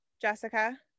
jessica